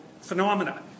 phenomena